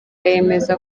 yemeza